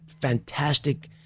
fantastic